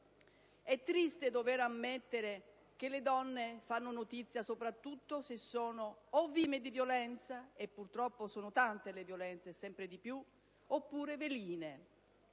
È triste dover ammettere che le donne fanno notizia soprattutto se sono o vittime di violenza - e purtroppo sono tante le violenze, sempre di più - oppure veline.